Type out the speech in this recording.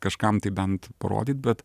kažkam tai bent parodyt bet